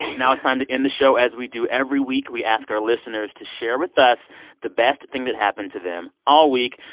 now it's time to end the show as we do every week. we ask our listeners to share with us the best thing that happened to them all week.